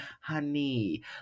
honey